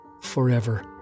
forever